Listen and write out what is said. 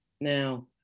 Now